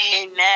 Amen